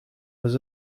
was